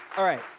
all right,